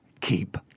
keep